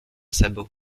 sabot